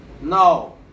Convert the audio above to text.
No